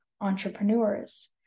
entrepreneurs